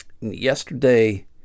Yesterday